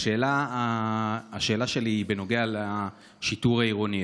השאלה שלי היא בנוגע לשיטור העירוני.